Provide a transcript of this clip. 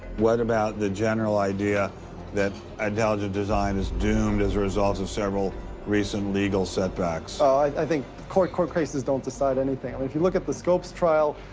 what about the general idea that intelligent design is doomed as a result of several recent legal setbacks? i think court court cases don't decide anything. if you look at the scopes trial,